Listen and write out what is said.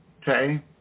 Okay